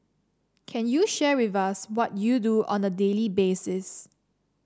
can you share with us what you do on a daily basis